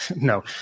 No